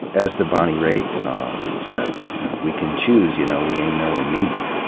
as the bonnie raitt song says we can choose, you know, we ain't no amoeba.